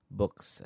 books